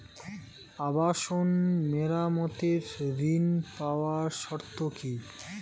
আবাসন মেরামতের ঋণ পাওয়ার শর্ত কি?